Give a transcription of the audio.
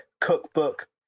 cookbook